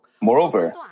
Moreover